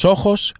Ojos